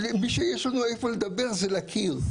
מי שיש לנו לדבר אתו זה הקיר.